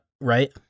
right